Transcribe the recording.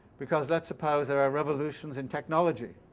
because let's suppose there are revolutions in technology